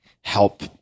help